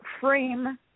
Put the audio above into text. frame